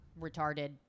retarded